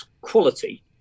quality